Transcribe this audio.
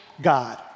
God